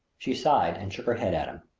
she sighed and shook her head at him.